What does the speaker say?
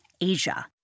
Asia